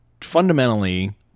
fundamentally